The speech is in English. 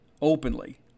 openly